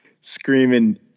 screaming